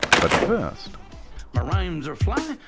but first my rhymes are fly,